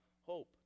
hope